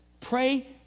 pray